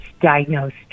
diagnosed